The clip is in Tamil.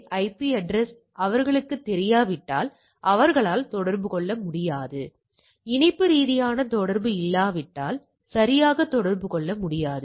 ஐபி அட்ரஸ் அவர்களுக்குத் தெரியாவிட்டால் அவர்களால் தொடர்பு கொள்ள முடியாது இணைப்பு ரீதியான தொடர்பு இல்லாவிட்டால் சரியாக தொடர்பு கொள்ள முடியாது